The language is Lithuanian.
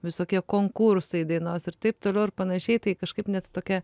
visokie konkursai dainos ir taip toliau ir panašiai tai kažkaip net tokia